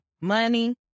money